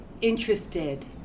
interested